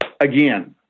again